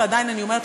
ועדיין אני אומרת,